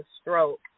stroke